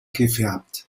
gefärbt